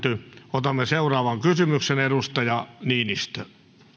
otamme seuraavan kysymyksen edustaja niinistö